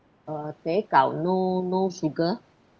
uh teh gao no no sugar